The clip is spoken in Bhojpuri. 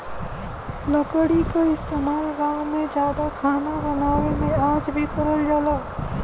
लकड़ी क इस्तेमाल गांव में जादा खाना बनावे में आज भी करल जाला